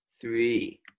three